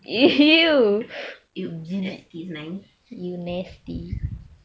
excuse me dian